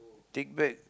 take back